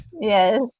Yes